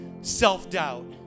self-doubt